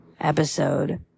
episode